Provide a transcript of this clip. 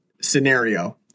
scenario